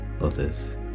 others